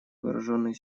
вооруженные